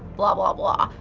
blah, blah, blah.